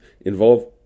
involve